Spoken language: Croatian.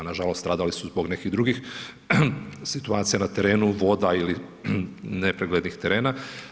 Nažalost, stradali su zbog nekih drugih situacija na terenu, voda ili nepreglednih terena.